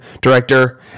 director